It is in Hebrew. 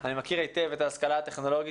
אני מכיר היטב את ההשכלה הטכנולוגית.